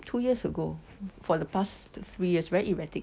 two years ago for the past three years very erratic